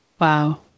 Wow